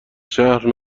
شهر